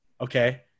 Okay